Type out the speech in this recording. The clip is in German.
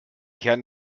kern